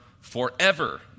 forever